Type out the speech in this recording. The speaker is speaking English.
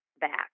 back